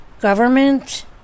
government